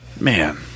Man